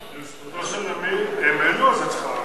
לזכותו של עמיר, הם העלו את שכר המינימום.